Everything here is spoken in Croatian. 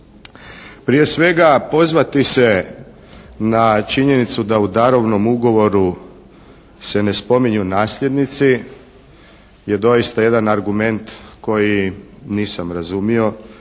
Prije svega pozvati se na činjenicu da u darovnom ugovoru se ne spominju nasljednici je doista jedan argument koji nisam razumio.